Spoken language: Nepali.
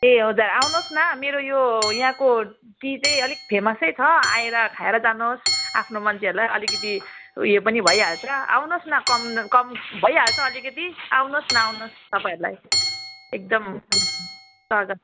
ए हजुर आउनहोस् न मेरो यो यहाँको टी चाहिँ अलिक फेमसै छ आएर खाएर जानुहोस् आफ्नो मान्छेहरूलाई अलिकति उयो पनि भइहाल्छ आउनुहोस् न कम कम भइहाल्छ अलिकति आउनुहोस् न आउनुहोस् तपाईँहरूलाई एकदम स्वागत छ